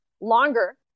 longer